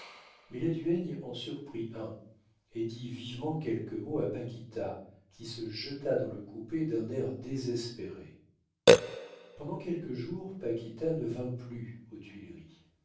mais la duègne en surprit un et dit vivement quelques mots à paquita qui se jeta dans le coupé d'un air désespéré pendant quelques jours paquita ne vint plus aux tuileries